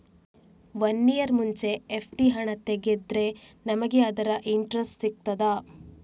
One year ಮುಂಚೆ FD ಹಣ ತೆಗೆದ್ರೆ ನಮಗೆ ಅದರ ಇಂಟ್ರೆಸ್ಟ್ ಸಿಗ್ತದ?